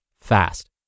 fast